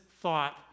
thought